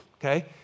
Okay